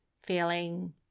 feeling